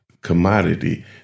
commodity